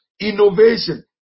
innovation